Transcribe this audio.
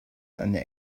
eine